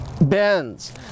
bends